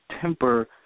temper